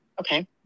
Okay